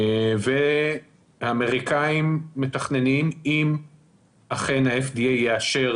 והאמריקאים מתכננים, אם אכן ה-FDA יאשר